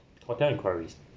hotel enquiries